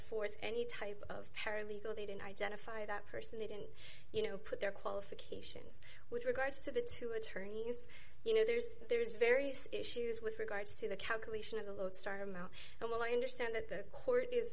ringback any type of paralegal they didn't identify that person they didn't you know put their qualifications with regard to the two attorneys you know there's there's various issues with regards to the calculation of the lodestar amount and while i understand that the court is